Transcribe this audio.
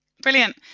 Brilliant